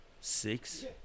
six